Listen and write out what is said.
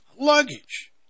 luggage